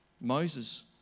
Moses